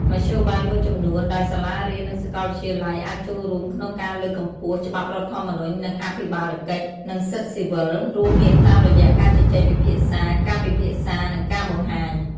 មធ្យោបាយមួយចំនួនដែលសាលារៀន និងសាកលវិទ្យាល័យអាចចូលរួមក្នុងការលើកកម្ពស់ច្បាប់រដ្ឋធម្មនុញ្ញ និងអភិបាលកិច្ច និងសិទ្ធិស៊ីវិល រួមមានតាមរយៈការជជែកពិភាក្សា ការពិភាក្សា និងការបង្ហាញ។